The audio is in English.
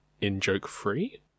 in-joke-free